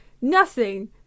nothing-